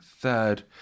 third